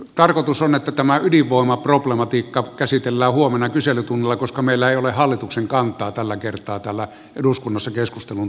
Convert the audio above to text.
tarkoitus on että tämä ydinvoimaproblematiikka käsitellään huomenna kyselytunnilla koska meillä ei ole hallituksen kantaa tällä kertaa täällä eduskunnassa keskustelun taustaksi